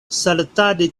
saltadi